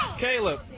Caleb